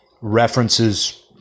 references